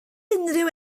unrhyw